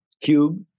cube